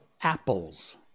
apples